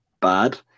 bad